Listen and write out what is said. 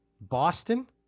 Boston